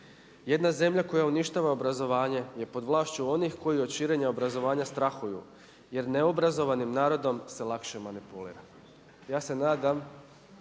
jedna zemlja koja uništava obrazovanje je pod vlašću onih koji od širenja obrazovanja strahuju. Jer neobrazovanim narodom se lakše manipulira.“ Ja se nadam